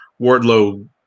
Wardlow